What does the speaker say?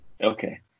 Okay